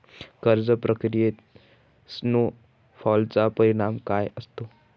कर्ज प्रक्रियेत स्नो बॉलचा परिणाम काय असतो?